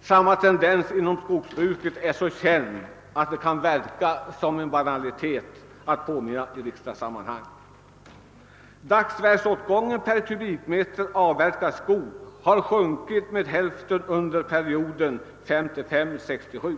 Samma tendens inom skogsbruket är så känd att det kan verka som en banalitet att påminna om den i riksdagssammanhang. Dagsverksåtgången per kubikmeter avverkad skog har sjunkit med hälften under perioden 1955—1967.